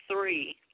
three